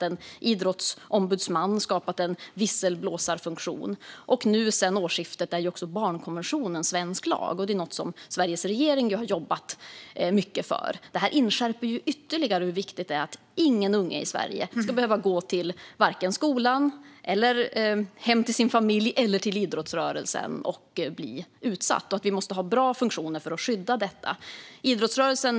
En idrottsombudsman har inrättats och en visselblåsarfunktion skapats. Nu, sedan årsskiftet, är barnkonventionen svensk lag, och detta är något som Sveriges regering har jobbat mycket för. Detta inskärper ytterligare hur viktigt det är att ingen unge i Sverige ska behöva gå till skolan, hem till sin familj eller till idrottsrörelsen och bli utsatt. Vi måste ha bra funktioner som skyddar.